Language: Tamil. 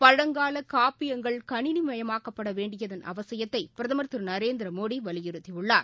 பழங்காலகாப்பியங்கள் கணினிமயமாக்கப்படவேண்டியதன் அவசியத்தைபிரதமர் திருநரேந்திரமோடிவலியுறுத்தியுள்ளார்